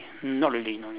not really no